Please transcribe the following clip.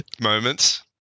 moments